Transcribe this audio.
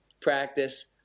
practice